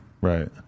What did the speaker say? Right